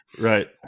Right